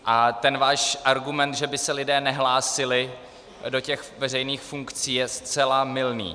A ten váš argument, že by se lidé nehlásili do těch veřejných funkcí, je zcela mylný.